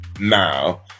now